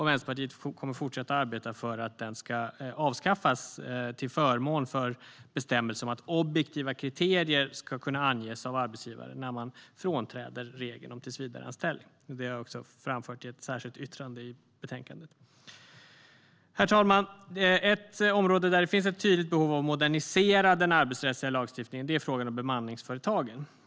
Vänsterpartiet kommer att fortsätta att arbeta för att allmän visstid ska avskaffas till förmån för bestämmelser om att objektiva kriterier ska kunna anges av arbetsgivaren när man frånträder regeln om tillsvidareanställning. Detta har jag också framfört i ett särskilt yttrande i betänkandet. Herr talman! Ett område där det finns ett tydligt behov av att modernisera den arbetsrättsliga lagstiftningen är frågan om bemanningsföretagen.